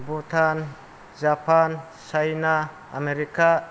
Bhutan Japan China America